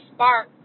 Spark